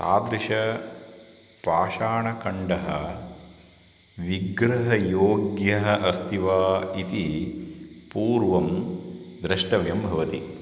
तादृश पाषाणखण्डः विग्रहयोग्यः अस्ति वा इति पूर्वं द्रष्टव्यं भवति